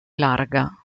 larga